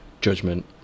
judgment